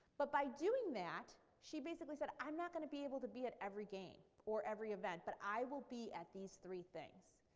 but by doing that she basically said i'm not going to be able to be at every game or every event, but i will be at these three things.